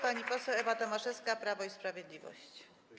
Pani poseł Ewa Tomaszewska, Prawo i Sprawiedliwość.